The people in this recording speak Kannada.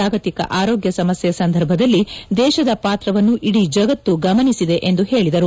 ಜಾಗತಿಕ ಆರೋಗ್ವ ಸಮಸ್ತೆ ಸಂದರ್ಭದಲ್ಲಿ ದೇಶದ ಪಾತ್ರವನ್ನು ಇಡೀ ಜಗತ್ತು ಗಮನಿಸಿದೆ ಎಂದು ಹೇಳಿದರು